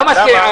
לא מסכים.